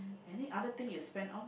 any other thing you spend on